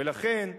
ולכן,